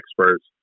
experts